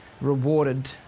Rewarded